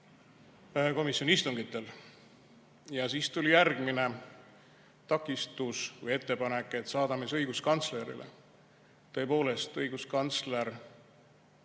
komisjoni istungitel. Siis tuli järgmine takistus või ettepanek, et saadame siis õiguskantslerile. Tõepoolest, õiguskantsler